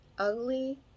Ugly